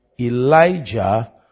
Elijah